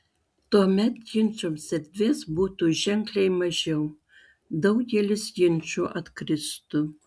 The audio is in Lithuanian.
tuomet ginčams erdvės būtų ženkliai mažiau daugelis ginčų atkristų